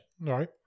Right